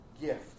gift